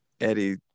Eddie